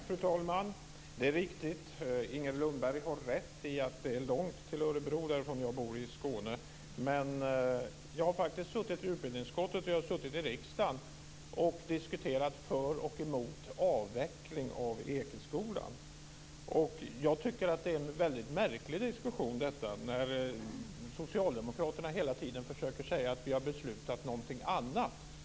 Fru talman! Det är riktigt, Inger Lundberg har rätt i det, att det är långt från Örebro till Skåne, där jag bor. Men jag har faktiskt suttit i utbildningsutskottet och i riksdagen och diskuterat för och emot avveckling av Ekeskolan. Jag tycker att det är en väldigt märklig diskussion detta, när socialdemokraterna hela tiden försöker säga att vi har beslutat något annat.